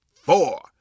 four